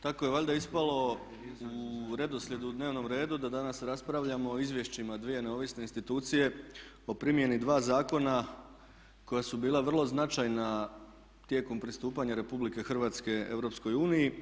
Tako je valjda ispalo u redoslijedu u dnevnom redu da danas raspravljamo o izvješćima dvije neovisne institucije, o primjeni dva zakona koja su bila vrlo značajna tijekom pristupanja RH Europskoj uniji.